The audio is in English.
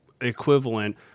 equivalent